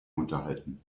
unterhalten